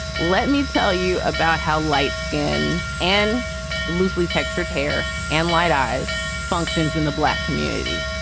let me tell you about how light skin and loosely textured hair and light eyes functions in the black community.